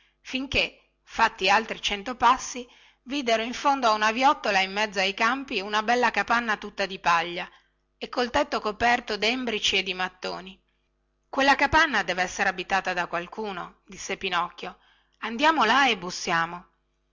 finché fatti altri cento passi videro in fondo a una viottola in mezzo ai campi una bella capanna tutta di paglia e col tetto coperto dembrici e di mattoni quella capanna devessere abitata da qualcuno disse pinocchio andiamo là e bussiamo